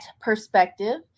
perspective